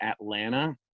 atlanta